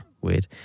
weird